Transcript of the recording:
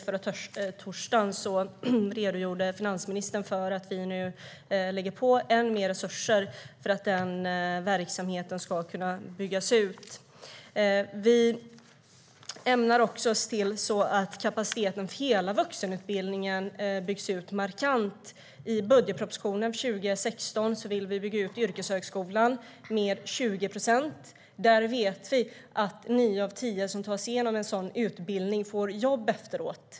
Förra torsdagen redogjorde finansministern för att vi nu lägger än mer resurser på att verksamheten ska kunna byggas ut. Vi ämnar också se till att kapaciteten för hela vuxenutbildningen byggs ut markant. I budgetpropositionen för 2016 säger vi att vi vill bygga upp yrkesskolan med 20 procent. Vi vet att nio av tio som tar sig igenom en sådan utbildning får jobb efteråt.